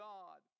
God